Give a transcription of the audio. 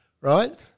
right